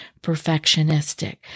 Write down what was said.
perfectionistic